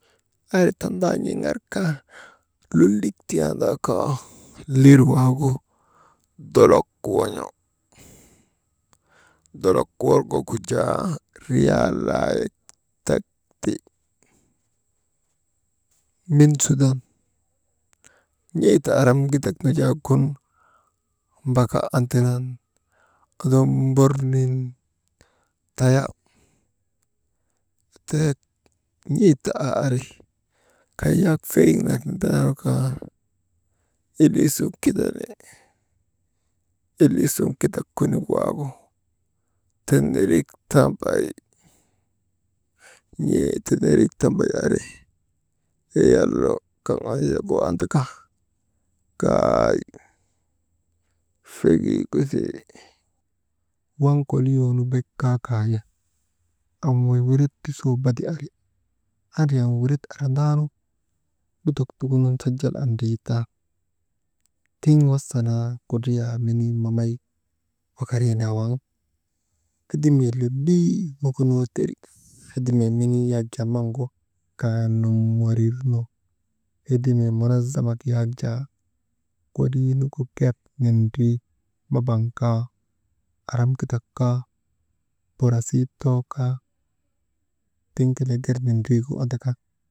Ari tandaan̰iŋarka lolik tiyandaa kaa, lirwaagu dolok won̰o, dolok worŋogu jaa riyaalayek tek ti, min sudan n̰eeta aramgidak wujaa gun mbaka andiron odombornin taya, tek n̰eta aa ari kay yak feriŋ nak taa kaa, ilii sun tindani, iliisun tindak konik waagu tenerik tambay «Hesitation» fegigu ari, waŋ koliyoo nu bakaa kaawi, am wey wiret ti suu bada ari, andriyan wiret arandaanu lutok tukunun sajal andriitan, tiŋ wasa naa kudriyaa menii manay wakari naa waŋ hedimee lolii mukunoo teri hedimee menii yak jaa maŋgu kaa nomorir nu, hedimee manazamak yak jaa kolii mugu ger nindrii, mabaŋ kaa, aramkitak kaa burasii too kaa, tiŋgu gernindriigu andaka.